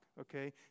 okay